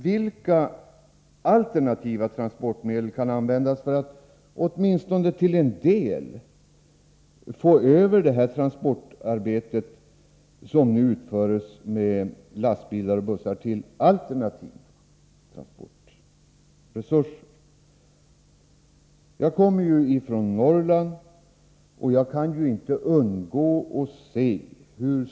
Vilka alternativa transportmedel kan användas för att man åtminstone till en del skall kunna få över det transportarbete som nu utförs med lastbilar och bussar till alternativa transportresurser? Jag kommer från Norrland och kan inte undgå att se hurt.ex.